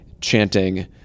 chanting